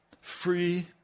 free